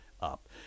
up